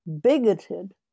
bigoted